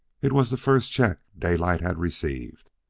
it was the first check daylight had received.